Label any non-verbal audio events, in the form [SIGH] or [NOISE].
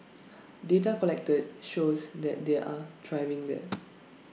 [NOISE] data collected shows that they are thriving there [NOISE]